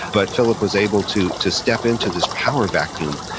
but philip was able to to step into this power vacuum,